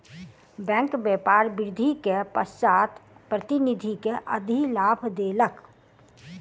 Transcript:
bank व्यापार वृद्धि के पश्चात प्रतिनिधि के अधिलाभ देलक